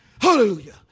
Hallelujah